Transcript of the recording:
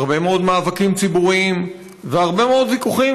הרבה מאוד מאבקים ציבוריים והרבה מאוד ויכוחים,